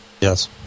Yes